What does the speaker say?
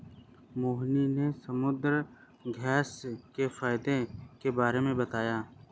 मोहिनी ने समुद्रघास्य के फ़ायदे के बारे में बताया